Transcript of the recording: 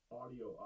audio